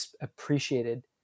appreciated